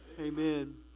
Amen